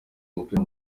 umupira